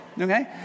Okay